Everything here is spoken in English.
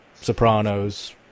Sopranos